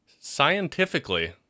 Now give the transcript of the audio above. Scientifically